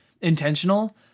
intentional